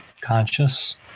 conscious